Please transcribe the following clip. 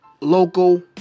local